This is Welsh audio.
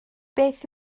beth